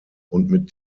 mit